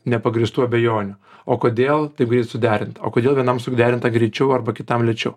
nepagrįstų abejonių o kodėl taip greit suderinta o kodėl vienam suderinta greičiau arba kitam lėčiau